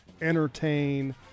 entertain